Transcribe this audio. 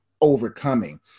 overcoming